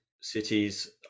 cities